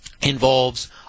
involves